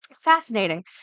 Fascinating